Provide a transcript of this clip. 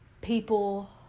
people